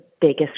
biggest